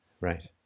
right